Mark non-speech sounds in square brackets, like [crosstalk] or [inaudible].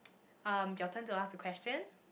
[noise] um your turn to ask the question